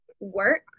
work